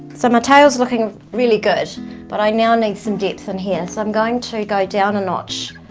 so my tail's looking really good but i now need some depth in here, so i'm going to go down a notch.